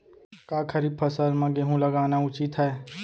का खरीफ फसल म गेहूँ लगाना उचित है?